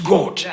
God